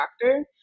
doctor